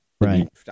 Right